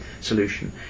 solution